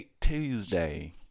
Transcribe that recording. Tuesday